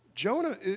Jonah